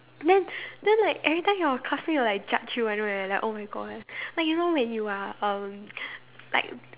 then then like every time your classmate will like judge you one right like oh-my-God like you know when you are um like